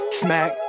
smack